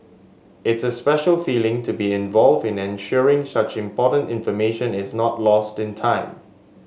it's a special feeling to be involved in ensuring such important information is not lost in time